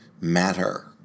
matter